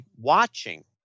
watching